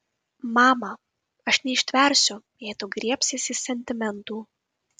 mama aš neištversiu jei tu griebsiesi sentimentų